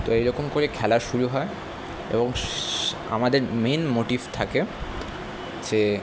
তো এইরকম করে খেলা শুরু হয় এবং স্ আমাদের মেন মোটিভ থাকে যে